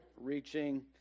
reaching